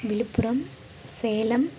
Villupuram Salem